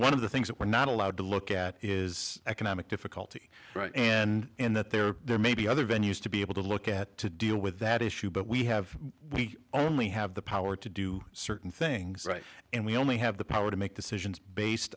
one of the things that we're not allowed to look at is economic difficulty and that there may be other venues to be able to look at to deal with that issue but we have we only have the power to do certain things and we only have the power to make decisions based